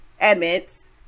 admits